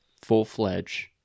full-fledged